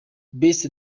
best